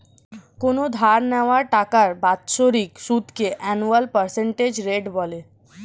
কোনো ধার নেওয়া টাকার বাৎসরিক সুদকে অ্যানুয়াল পার্সেন্টেজ রেট বলে